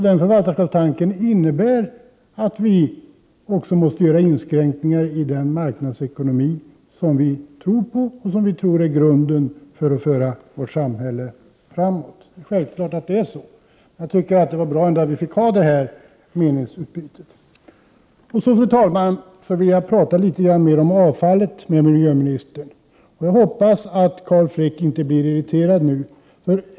Denna förvaltarskapstanke innebär att vi också måste göra inskränkningar i den marknadsekonomi som vi tror på som grunden för att föra vårt samhälle framåt. Det är en självklarhet. Jag tycker trots allt att det var bra att vi fick ha det här meningsutbytet. Jag vill så, fru talman, tala litet mer med miljöministern om miljöavfallet. Jag hoppas att Carl Frick inte blir irriterad nu.